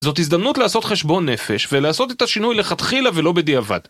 זאת הזדמנות לעשות חשבון נפש ולעשות את השינוי לכתחילה ולא בדיעבד.